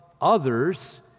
others